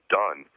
done